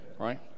right